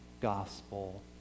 gospel